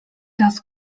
das